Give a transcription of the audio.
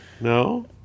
no